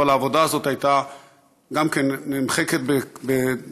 אבל העבודה הזאת הייתה גם היא נמחקת מההיסטוריה,